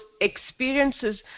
experiences